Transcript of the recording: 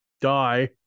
die